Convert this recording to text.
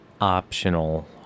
optional